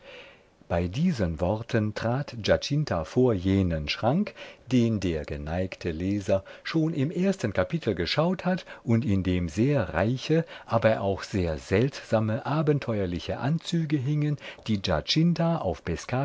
bei diesen worten trat giacinta vor jenen schrank den der geneigte leser schon im ersten kapitel geschaut hat und in dem sehr reiche aber auch sehr seltsame abenteuerliche anzüge hingen die giacinta auf